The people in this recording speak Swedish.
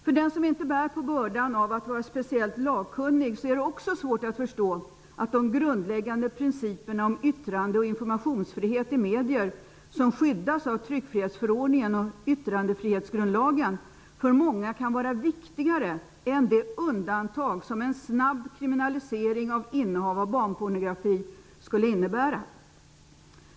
För den som inte bär på bördan av att vara speciellt lagkunnig är det också svårt att förstå att de grundläggande principerna om yttrande och informationsfrihet i medier som skyddas av tryckfrihetsförordningen och yttrandefrihetsgrundlagen för många kan vara viktigare än det undantag som en snabb kriminalisering av innehav av barnpornografi skulle innebära.